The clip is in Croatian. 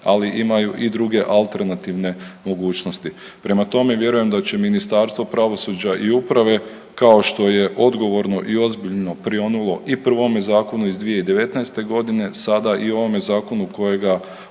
ali imaju i druge alternativne mogućnosti. Prema tome, vjerujem da će Ministarstvo pravosuđa i uprave kao što je odgovorno i ozbiljno prionulo i prvome zakonu iz 2019. godine sada i u ovome zakonu o kojem